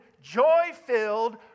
joy-filled